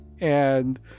and-